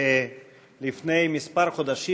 שלפני כמה חודשים,